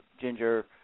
Ginger